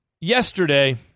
yesterday